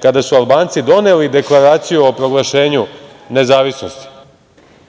kada su Albanci doneli Deklaraciju o proglašenju nezavisnosti,